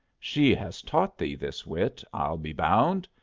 she has taught thee this wit, i'll be bound.